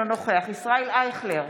אינו נוכח ישראל אייכלר,